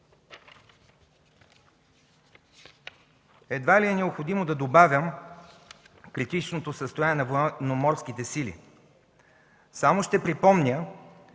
Едва ли е необходимо да добавям критичното състояние на Военноморските сили. Само ще припомня,